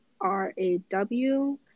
r-a-w